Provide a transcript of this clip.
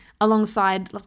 alongside